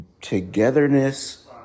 Togetherness